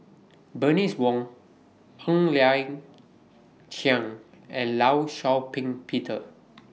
Bernice Wong Ng Liang Chiang and law Shau Ping Peter